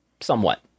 somewhat